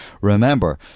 remember